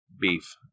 beef